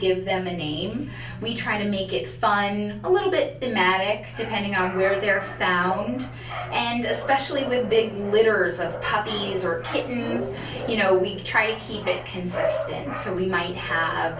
give them and we try to make it fun a little bit magic depending on where they are found and especially the big litters of puppies or kittens you know we try to keep it consistent so we might